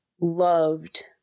loved